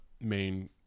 main